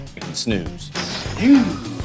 snooze